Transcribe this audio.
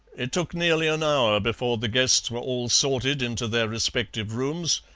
it took nearly an hour before the guests were all sorted into their respective rooms,